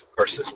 versus